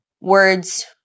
words